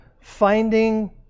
finding